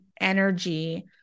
energy